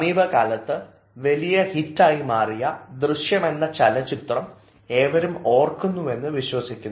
സമീപകാലത്ത് വലിയ ഹിറ്റായി മാറിയ ദൃശ്യം എന്ന ചലച്ചിത്രം ഏവരും ഓർക്കുന്നു എന്ന് വിശ്വസിക്കുന്നു